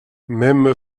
même